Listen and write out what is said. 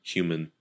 Human